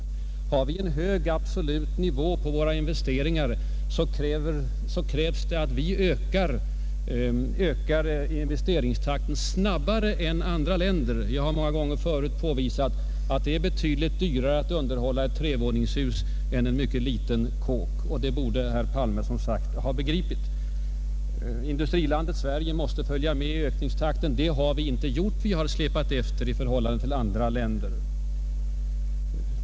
Om vi har en hög absolut nivå på våra investeringar krävs det att vi ökar investeringstakten snabbare än andra länder. Jag har många gånger tidigare påvisat att det är betydligt dyrare att underhålla ett trevåningshus än en mycket liten kåk. Det borde herr Palme som sagt ha begripit. Industrilandet Sverige måste följa med i ökningstakten. Det har vi inte gjort utan vi har släpat efter i förhållande till andra länder.